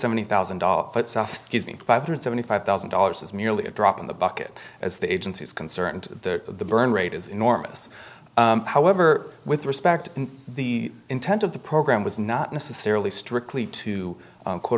seventy thousand dollars puts off gives me five hundred seventy five thousand dollars is merely a drop in the bucket as the agency is concerned that the burn rate is enormous however with respect the intent of the program was not necessarily strictly to quote